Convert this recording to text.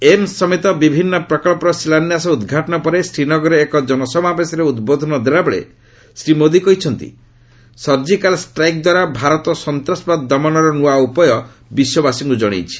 AIIMS ସମେତ ବିଭିନ୍ନ ପ୍ରକ୍ସର ଶିଳାନ୍ୟାସ ଓ ଉଦ୍ଘାଟନ ପରେ ଶ୍ରୀନଗରରେ ଏକ ଜନ ସମାବେଶରେ ଉଦ୍ବୋଧନ ଦେବାବେଳେ ଶ୍ରୀ ମୋଦି କହିଛନ୍ତି ସର୍ଜିକାଲ ଷ୍ଟ୍ରାଇକ୍ ଦ୍ୱାରା ଭାରତ ସନ୍ତାସବାଦ ଦମନର ନୂଆ ଉପାୟ ବିଶ୍ୱବାସୀଙ୍କୁ ଜଣାଇଛି